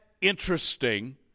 interesting